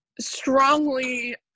strongly